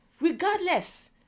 regardless